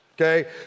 Okay